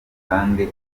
kandi